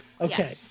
okay